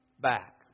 back